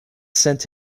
sent